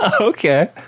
Okay